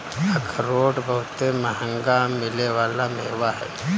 अखरोट बहुते मंहगा मिले वाला मेवा ह